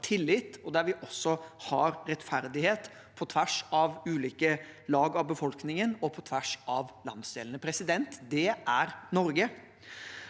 og der vi også har rettferdighet på tvers av ulike lag av befolkningen og på tvers av landsdelene. Det er Norge.